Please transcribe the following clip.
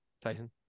Tyson